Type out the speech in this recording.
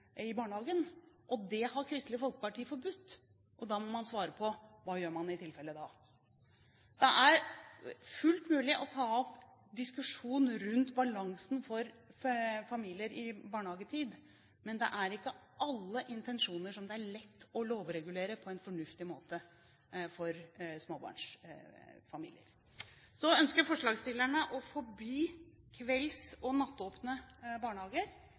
da må man svare på: Hva gjør man i slike tilfeller da? Det er fullt mulig å ta opp en diskusjon rundt balansen i barnehagetid for familier, men det er ikke alle intensjoner det er lett å lovregulere på en fornuftig måte for småbarnsfamilier. Så ønsker forslagsstillerne å forby kvelds- og nattåpne barnehager.